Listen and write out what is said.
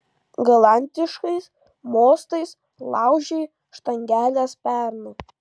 galantiškais mostais laužei štangeles pernai